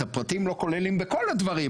את הפרטים לא כוללים בכל הדברים,